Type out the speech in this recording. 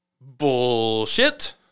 Bullshit